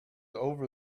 over